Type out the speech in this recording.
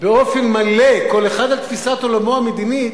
באופן מלא, כל אחד על תפיסת עולמו המדינית,